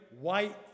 white